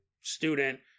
student